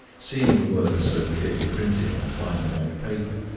seeing the words so clearly printed on fine white paper,